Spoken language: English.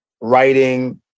writing